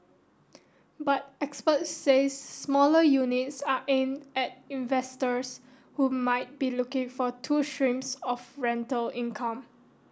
but experts say smaller units are aimed at investors who might be looking for two streams of rental income